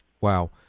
Wow